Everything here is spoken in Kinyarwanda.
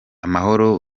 amahoro